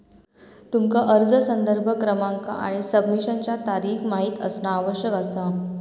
तुमका अर्ज संदर्भ क्रमांक आणि सबमिशनचा तारीख माहित असणा आवश्यक असा